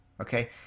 Okay